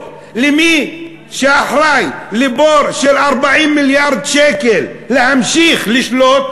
למי שאחראי לבור של 40 מיליארד שקל להמשיך לשלוט